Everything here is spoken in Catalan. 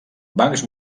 bancs